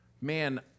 man